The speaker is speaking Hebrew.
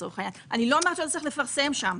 לא אומרת שלא צריך לפרסם שם.